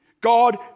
God